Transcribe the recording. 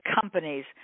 companies